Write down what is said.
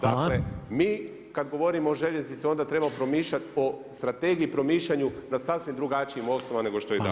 Dakle mi kada govorimo o željeznici onda treba promišljati o strategiji i promišljanju na sasvim drugačijima osnovama nego što je danas.